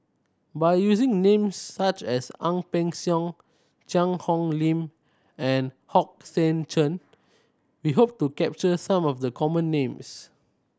by using names such as Ang Peng Siong Cheang Hong Lim and Hong Sek Chern we hope to capture some of the common names